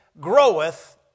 groweth